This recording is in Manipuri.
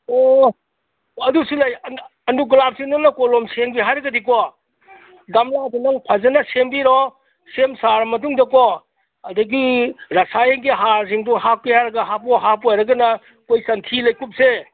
ꯑꯣ ꯑꯗꯨꯁꯨ ꯂꯩ ꯑꯟꯗꯒꯨꯂꯥꯞꯁꯤ ꯅꯪꯅ ꯀꯣꯂꯣꯝ ꯁꯦꯝꯒꯦ ꯍꯥꯏꯔꯒꯗꯤꯀꯣ ꯒꯝꯂꯥꯗ ꯅꯪ ꯐꯖꯅ ꯁꯦꯝꯕꯤꯔꯣ ꯁꯦꯝ ꯁꯥꯔꯥ ꯃꯇꯨꯡꯗꯀꯣ ꯑꯗꯒꯤ ꯉꯁꯥꯏꯒꯤ ꯍꯥꯔꯁꯤꯡꯗꯨ ꯍꯥꯞꯀꯦ ꯍꯥꯏꯔꯒ ꯍꯥꯞꯄꯨ ꯍꯥꯞꯄꯣꯏ ꯍꯥꯏꯔꯒꯅ ꯑꯩꯈꯣꯏ ꯁꯟꯊꯤ ꯂꯩꯀꯨꯞꯁꯦ